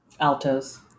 Altos